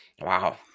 Wow